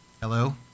hello